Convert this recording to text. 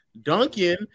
Duncan